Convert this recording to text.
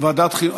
ועדת החינוך.